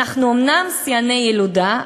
אנחנו אומנם שיאני ילודה,